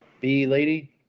B-Lady